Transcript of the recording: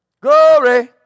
Glory